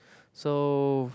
so